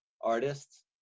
artists